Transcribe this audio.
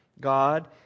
god